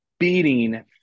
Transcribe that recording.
beating